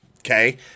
Okay